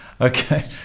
Okay